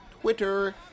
Twitter